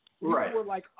Right